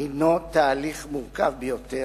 הינו תהליך מורכב ביותר,